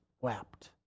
wept